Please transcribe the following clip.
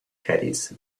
caddies